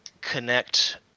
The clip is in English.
connect